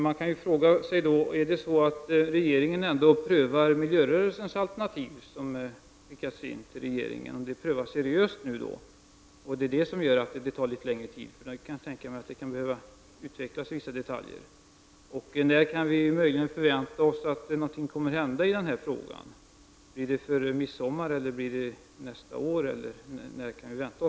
Man kan fråga sig: Är det så att regeringen ändå seriöst prövar miljörörelsens alternativ, vilka har skickats till regeringen, och att detta gör att det tar lång tid? Jag kan tänka mig att vissa detaljer behöver utvecklas. När kan vi möjligen förvänta oss att någonting kommer att hända i denna fråga? Blir det före midsommar eller blir det nästa år?